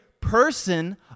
person